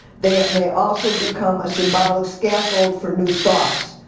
they may also become a symbolic scaffold for new thoughts.